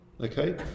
Okay